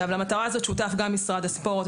למטרה זו שותף גם משרד הספורט.